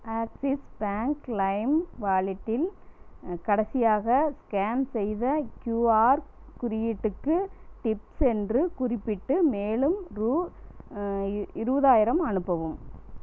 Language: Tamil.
ஆக்ஸிஸ் பேங்க் லைம் வாலெட்டில் கடைசியாக ஸ்கேன் செய்த க்யூஆர் குறியீட்டுக்கு டிப்ஸ் என்று குறிப்பிட்டு மேலும் ரூ இருபதாயிரம் அனுப்பவும்